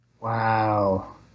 Wow